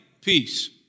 peace